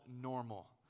normal